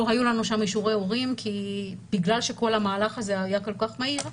היו לנו שם אישורי הורים בגלל שכל המהלך הזה היה כל כך מהיר.